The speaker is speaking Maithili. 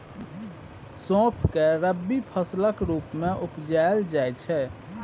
सौंफ केँ रबी फसलक रुप मे उपजाएल जाइ छै